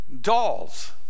dolls